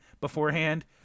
beforehand